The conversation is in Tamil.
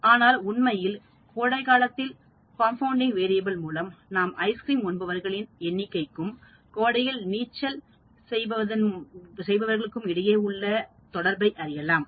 ஆனால் உண்மையில் கோடைகாலத்தில் கார்ன்பவுண்டிங் மாறிகள் மூலம் நாம் ஐஸ்கிரீம் உண்பவர்களின் எண்ணிக்கைக்கும் கோடையில் நீச்சல் செய்பவர்களுக்கும் இடையே உள்ள தொடர்பை அறியலாம்